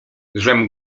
żem